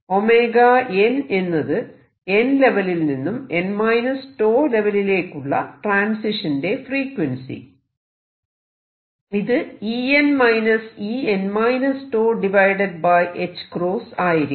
𝞈n എന്നത് n ലെവലിൽ നിന്നും n 𝞃 ലെവലിലേക്കുള്ള ട്രാൻസിഷന്റെ ഫ്രീക്വൻസി ഇത് En En τ ℏ ആയിരിക്കും